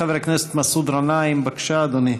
חבר הכנסת מסעוד גנאים, בבקשה, אדוני.